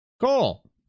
Cool